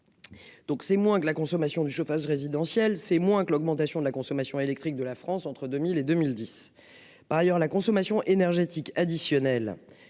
Donc c'est moins que la consommation du chauffage résidentiel, c'est moins que l'augmentation de la consommation électrique de la France entre 2000 et 2010. Par ailleurs, la consommation énergétique additionnel